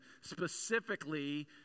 specifically